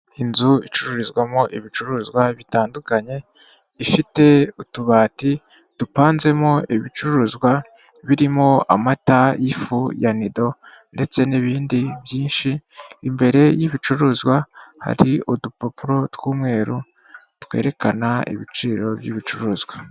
Inzu icururizwamo ibicuruzwa bitandukanye ifite utubati dupanzemo ibicuruzwa birimo amata y'ifu ya nido ndetse n'ibindi byinshi, imbere y'ibicuruzwa hari udupapuro tw'umweru twerekana ibiciro by'ibicuruzwa.